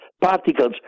particles